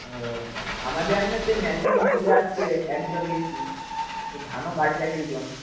ও আমাদের এমনিতে মেশিন চলে আসছে এক দুটো দেখছি তো ধানও কাটছে একেকজন